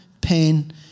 pain